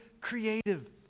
creative